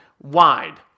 wide